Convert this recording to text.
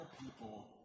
people